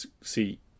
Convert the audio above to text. see